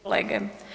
kolege.